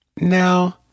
Now